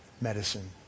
medicine